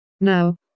Now